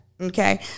Okay